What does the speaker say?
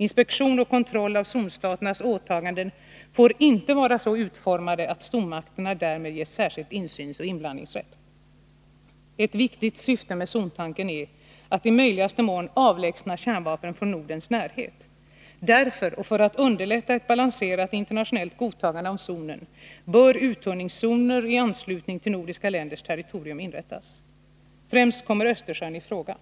Inspektion och kontroll av zonstaternas åtaganden får inte vara så utformade att stormakterna därmed ges särskild insynsoch inblandningsrätt. Ett viktigt syfte med zontanken är att i möjligaste mån avlägsna kärnvapen från Nordens närhet. Därför — och för att underlätta ett balanserat internationellt godtagande av zonen — bör uttunningszoner i anslutning till nordiska länders territorier inrättas. Främst kommer Östersjöns i fråga.